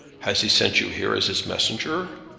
has he sent you here as his messenger?